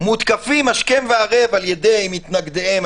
מותקפים השכם והערב על ידי מתנגדיהם,